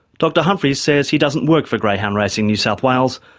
dr humphries says he doesn't work for greyhound racing new south wales,